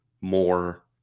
more